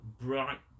bright